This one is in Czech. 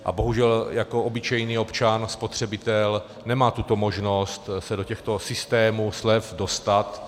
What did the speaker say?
A bohužel jako obyčejný občan, spotřebitel, nemám možnost se do těchto systémů slev dostat.